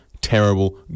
terrible